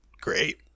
Great